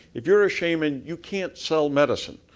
if you're a shaman, you can't sell medicine.